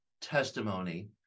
testimony